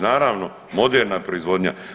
Naravno moderna proizvodnja.